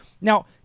Now